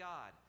God